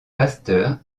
pasteur